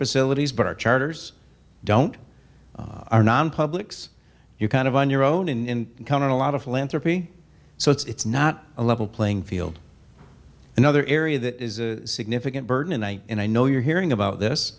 facilities but our charters don't are non publics you're kind of on your own in counting a lot of philanthropy so it's not a level playing field another area that is a significant burden and i and i know you're hearing about this